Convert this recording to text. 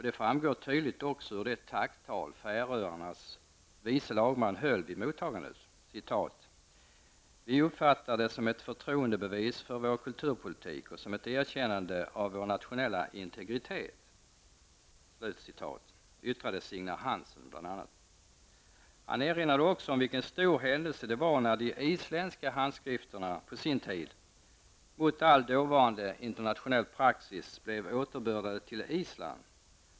Det framgår också tydligt av det tacktal Färöarnas vice lagman höll vid mottagandet. ''Vi uppfattar det som ett förtroendebevis för vår kulturpolitik och som ett erkännande av vår nationella integritet'', yttrade Han erinrade också om vilken stor händelse det var när de isländska handskrifterna på sin tid mot all dåvarande internationell praxis blev återbördade till Island.